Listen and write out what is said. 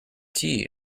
tea